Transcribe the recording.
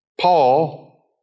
Paul